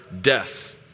death